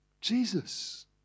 Jesus